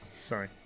Sorry